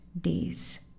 days